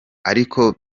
ariko